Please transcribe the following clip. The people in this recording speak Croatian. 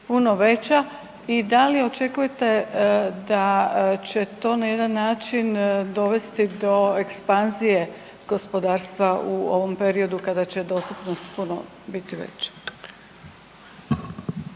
puno veća i da li očekujete da će to na jedan način dovesti do ekspanzije gospodarstva u ovom periodu kada će dostupnost puno biti veća?